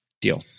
deal